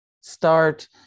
Start